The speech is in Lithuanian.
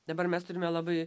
dabar mes turime labai